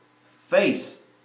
face